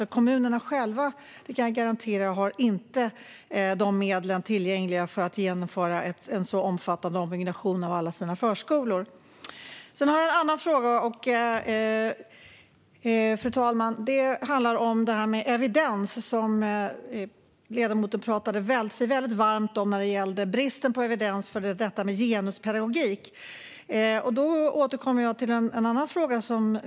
Jag kan garantera att kommunerna själva inte har medel tillgängliga så att de kan genomföra en sådan omfattande ombyggnation av alla sina förskolor. Fru talman! Jag har en annan fråga som handlar om evidens, vilket ledamoten talade sig väldigt varm för när det gällde bristen på evidens avseende genuspedagogik.